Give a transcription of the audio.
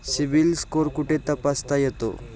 CIBIL score कुठे तपासता येतो?